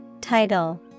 Title